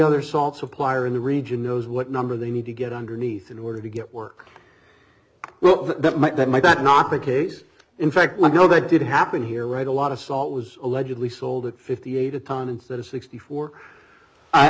other salt supplier in the region knows what number they need to get underneath in order to get work well that might that might that not the case in fact like you know they did happen here right a lot of salt was allegedly sold at fifty eight a ton instead of sixty four i